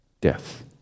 death